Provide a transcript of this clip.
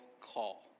call